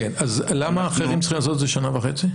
אז למה אחרים צריכים לעשות את זה שנה וחצי?